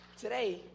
Today